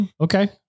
Okay